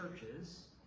churches